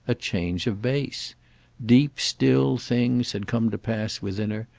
a change of base deep still things had come to pass within her,